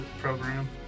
program